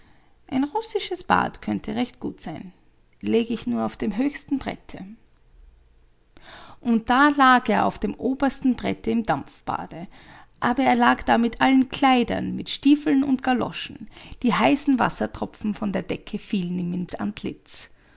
ein russisches bad könnte recht gut sein läge ich nur erst auf dem höchsten brette und da lag er auf dem obersten brette im dampfbade aber er lag da mit allen kleidern mit stiefeln und galoschen die heißen wassertropfen von der decke fielen ihm ins